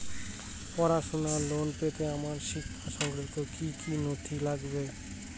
পড়াশুনোর লোন পেতে আমার শিক্ষা সংক্রান্ত কি কি নথি লাগবে?